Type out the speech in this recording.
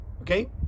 okay